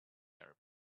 arab